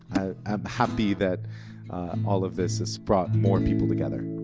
i am happy that um all of this this brought more people together.